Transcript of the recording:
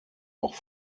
auch